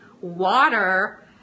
water